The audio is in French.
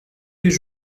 les